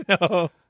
No